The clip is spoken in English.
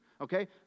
okay